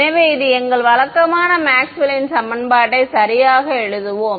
எனவே எங்கள் வழக்கமான மேக்ஸ்வெல்லின் சமன்பாட்டை சரியாக எழுதுவோம்